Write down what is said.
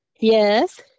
Yes